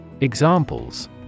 Examples